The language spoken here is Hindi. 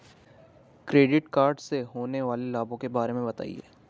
क्रेडिट कार्ड से होने वाले लाभों के बारे में बताएं?